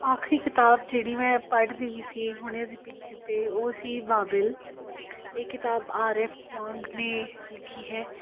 ਆਖਰੀ ਕਿਤਾਬ ਜਿਹੜੀ ਮੈਂ ਪੜ੍ਹ ਰਹੀ ਸੀ ਹੁਣੇ ਅਸੀਂ ਪਿੱਛੇ ਜੇ ਉਹ ਸੀ ਬਾਬਿਲ ਇਹ ਕਿਤਾਬ ਆਰ ਐੱਫ ਕੋਂਗ ਨੇ ਲਿਖੀ ਹੈ